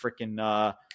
Freaking